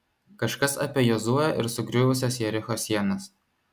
kažkas apie jozuę ir sugriuvusias jericho sienas